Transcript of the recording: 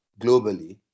globally